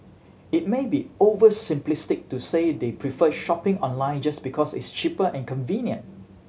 it may be over simplistic to say they prefer shopping online just because it's cheaper and convenient